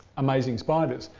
amazing spiders.